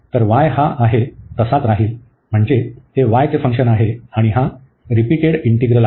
तर y हा आहे आहे तसाच राहील म्हणजे हे y चे फंक्शन आहे आणि हा रिपीटेड इंटीग्रल आहे